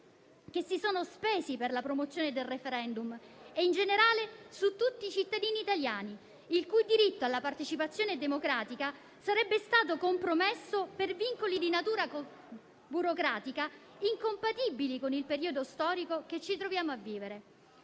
che si sono spesi per la promozione del *referendum* e in generale a tutti i cittadini italiani, il cui diritto alla partecipazione democratica sarebbe stato compromesso per vincoli di natura burocratica incompatibili con il periodo storico che ci troviamo a vivere.